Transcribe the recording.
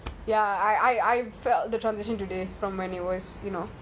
ya I I felt the transition today from when it was you know